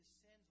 sins